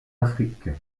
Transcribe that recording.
afrique